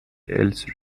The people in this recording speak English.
else